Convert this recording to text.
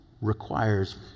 requires